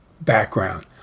background